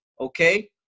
okay